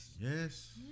Yes